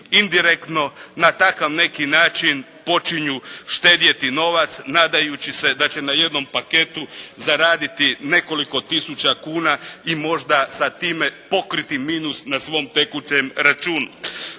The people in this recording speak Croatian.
indirektno na takav neki način počinju štedjeti novac nadajući se da će na jednom paketu zaraditi nekoliko tisuća kuna i možda sa time pokriti minus na svom tekućem računu.